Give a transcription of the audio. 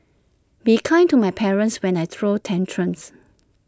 be kind to my parents when I throw tantrums